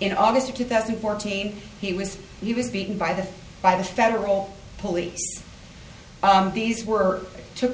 in august of two thousand and fourteen he was he was beaten by the by the federal police these were took